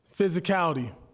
physicality